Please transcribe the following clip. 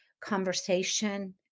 conversation